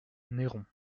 neyron